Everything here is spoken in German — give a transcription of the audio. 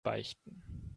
beichten